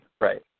Right